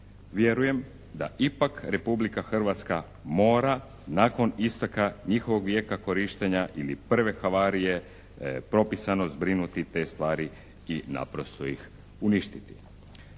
Vjerujem da ipak Republika Hrvatska mora nakon isteka njihovog vijeka korištenja ili prve havarije propisano zbrinuti te stvari i naprosto ih uništiti.